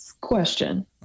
Question